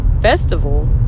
festival